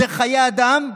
זה חיי אדם,